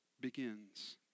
begins